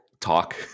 talk